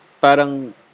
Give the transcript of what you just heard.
parang